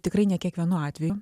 tikrai ne kiekvienu atvėju